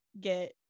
get